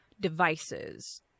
devices